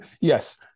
Yes